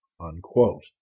unquote